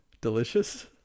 delicious